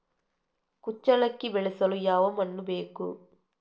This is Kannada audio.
ಕುಚ್ಚಲಕ್ಕಿ ಬೆಳೆಸಲು ಯಾವ ಮಣ್ಣು ಬೇಕು?